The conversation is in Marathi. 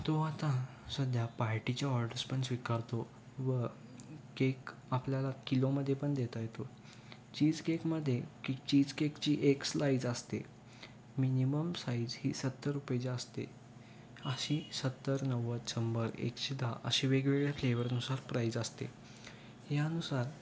तो आता सध्या पार्टीचे ऑर्डर्स पण स्वीकारतो व केक आपल्याला किलोमध्ये पण देता येतो चीज केकम की चीज केकची एक स्लाईज असते मिनिमम साईजमध्येही सत्तर रुपयेची असते अशी सत्तर नव्वद शंभर एकशे दहा अशे वेगवेगळ्या फ्लेवरनुसार प्राईज असते यानुसार